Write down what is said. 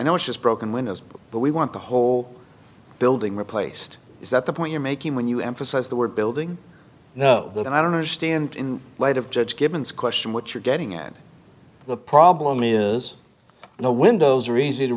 know it's just broken windows but we want the whole building replaced is that the point you're making when you emphasize the word building you know that i don't understand in light of judge givens question what you're getting at the problem is the windows are easy to